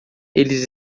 eles